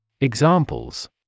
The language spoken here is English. Examples